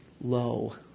low